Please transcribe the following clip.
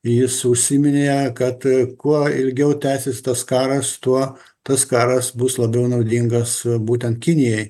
jis užsiminė kad kuo ilgiau tęsis tas karas tuo tas karas bus labiau naudingas būtent kinijai